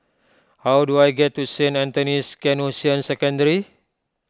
how do I get to Saint Anthony's Canossian Secondary